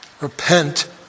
Repent